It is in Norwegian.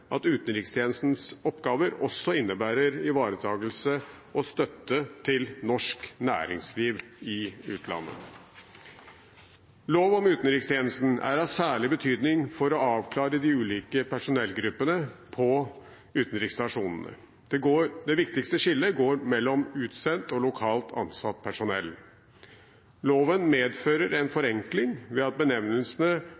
at utenrikstjenestens oppgaver også innebærer ivaretakelse og støtte til norsk næringsliv i utlandet. Lov om utenrikstjenesten er av særlig betydning for å avklare de ulike personellgruppene på utenriksstasjonene. Det viktigste skillet går mellom utsendt og lokalt ansatt personell. Loven medfører en forenkling ved at benevnelsene